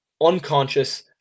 unconscious